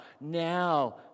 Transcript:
now